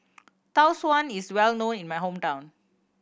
Tau Suan is well known in my hometown